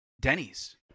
Denny's